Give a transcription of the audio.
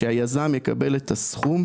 הורידו את זה בהסכם